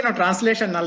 translation